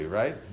right